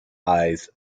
eyes